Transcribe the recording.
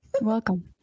Welcome